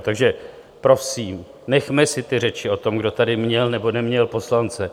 Takže prosím, nechme si ty řeči o tom, kdo tady měl nebo neměl poslance.